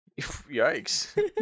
Yikes